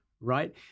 right